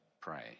pray